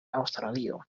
aŭstralio